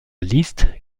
liste